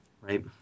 Right